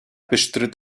bestritt